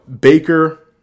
Baker